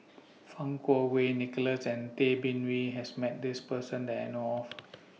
Fang Kuo Wei Nicholas and Tay Bin Wee has Met This Person that I know of